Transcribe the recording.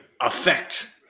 effect